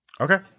Okay